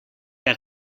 der